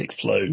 flow